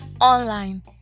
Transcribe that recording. online